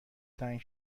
تنگ